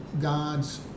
God's